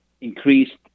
increased